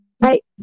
Right